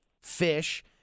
fish